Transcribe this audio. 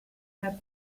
that